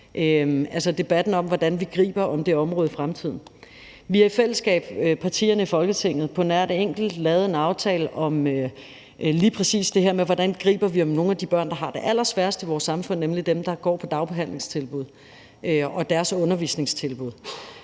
altså debatten om, hvordan vi griber om det område i fremtiden. Vi har i fællesskab, partierne i Folketinget, på nær et enkelt, lavet en aftale om lige præcis det her med, hvordan vi griber nogle af de børn, der har det allersværest i vores samfund, nemlig dem, der går på dagbehandlingstilbud, og deres undervisningstilbud.